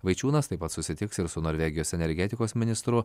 vaičiūnas taip pat susitiks ir su norvegijos energetikos ministru